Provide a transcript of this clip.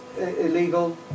illegal